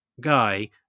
guy